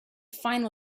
final